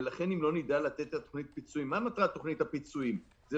ולכן אם לא נדע לתת את תוכנית הפיצויים מה מטרת תוכנית הפיצויים?